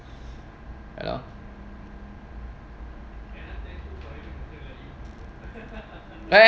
you know ya